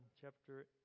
chapter